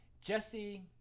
Jesse